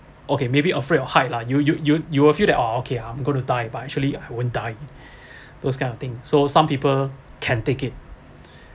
okay maybe afraid of height lah you you you you will feel that oh okay I'm gonna die but actually I won't die those kind of thing so some people can take it